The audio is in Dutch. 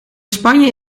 spanje